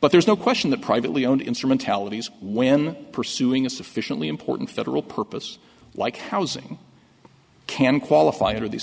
but there's no question that privately owned instrumentalities when pursuing a sufficiently important federal purpose like housing can qualify under these